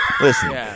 listen